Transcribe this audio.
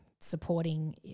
supporting